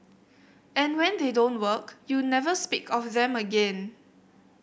and when they don't work you never speak of them again